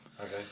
okay